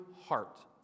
heart